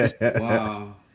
Wow